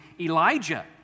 Elijah